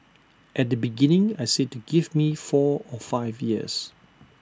at the beginning I said to give me four or five years